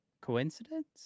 coincidence